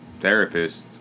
therapist